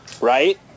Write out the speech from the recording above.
Right